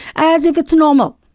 as if it's normal.